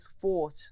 fought